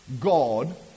God